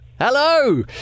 Hello